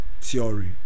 Theory